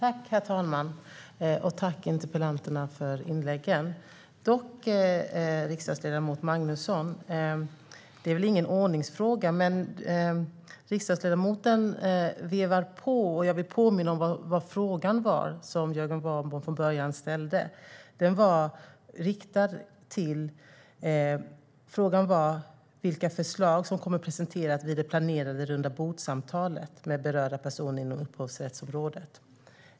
Herr talman! Tack för inläggen! Det är väl ingen ordningsfråga, men riksdagsledamot Magnusson vevar på, och jag vill påminna om vad frågan var som Jörgen Warborn ställde från början. Frågan var vilka förslag som kommer att presenteras vid det planerade rundabordssamtalet med berörda personer inom upphovsrättsområdet.